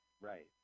Right